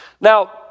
Now